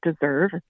deserve